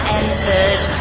entered